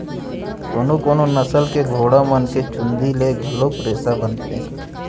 कोनो कोनो नसल के घोड़ा मन के चूंदी ले घलोक रेसा बनथे